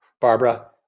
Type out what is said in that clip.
barbara